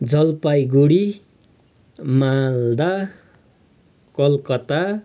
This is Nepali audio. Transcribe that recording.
जलपाइगुडी मालदा कलकत्ता